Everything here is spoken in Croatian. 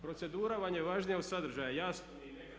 Procedura vam je važnija od sadržaja jasno.